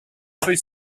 peut